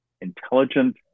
intelligent